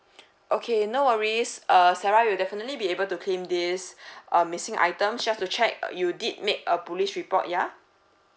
okay no worries uh sarah you definitely be able to claim this uh missing items just to check uh you did make a police report yeah